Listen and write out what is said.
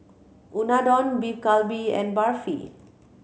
Unadon Beef Galbi and Barfi